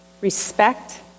respect